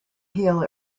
hill